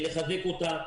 לחזק אותה,